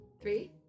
Three